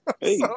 hey